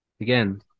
Again